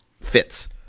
fits